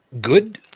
Good